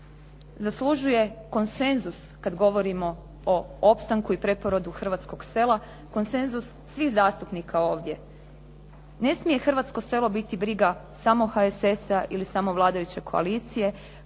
zaslužuje konsenzus kad govorimo o opstanku i preporodu hrvatskog sela, konsenzus svih zastupnika ovdje. Ne smije hrvatsko selo biti briga samo HSS-a ili samo vladajuće koalicije.